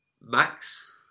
Max